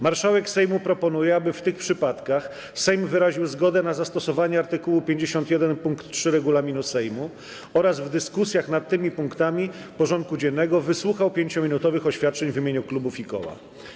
Marszałek Sejmu proponuje, aby w tych przypadkach Sejm wyraził zgodę na zastosowanie art. 51 pkt 3 regulaminu Sejmu oraz w dyskusjach nad tymi punktami porządku dziennego wysłuchał 5-minutowych oświadczeń w imieniu klubów i koła.